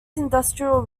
industrial